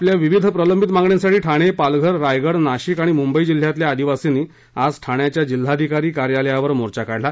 आपल्या विविध प्रलंबित मागण्यांसाठी ठाणे पालघर रायगड नाशिक आणि मुंबई जिल्ह्यांतल्या आदिवासींनी आज ठाण्याच्या जिल्हाधिकारी कार्यालयावर मोर्चा काढला